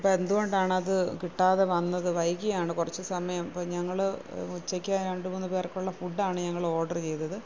അപ്പം എന്തുകൊണ്ടാണത് കിട്ടാതെ വന്നത് വൈകിയാണ് കുറച്ച് സമയം അപ്പം ഞങ്ങൾ ഉച്ചയ്ക്ക് രണ്ടു മൂന്ന് പേർക്കുള്ള ഫുഡാണ് ഞങ്ങൾ ഓഡർ ചെയ്തത്